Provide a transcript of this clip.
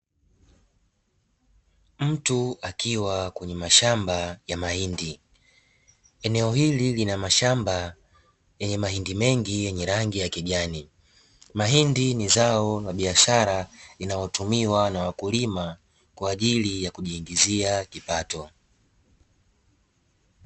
Mtu akiwa kwenye mashamba ya mahindi, eneo hili lina mashamba yenye mahindi mengi yenye rangi ya kijani. Mahindi ni zao la biashara linalotumiwa na wakulima kwa ajili ya kujiingizia kipato.